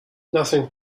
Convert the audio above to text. nothing